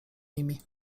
nimi